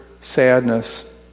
sadness